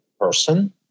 person